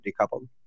decoupled